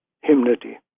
hymnody